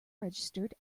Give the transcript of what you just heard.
registered